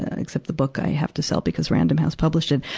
ah except the book i have to sell because random house published it.